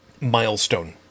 milestone